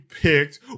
picked